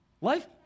Life